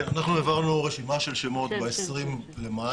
אנחנו העברנו רשימה של שמות ב-20 במאי.